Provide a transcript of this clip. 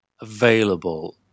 available